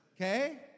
okay